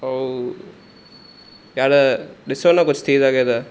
अऊं यार ॾिसो न कुझ थी सघे त